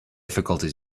difficulties